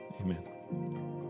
Amen